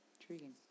Intriguing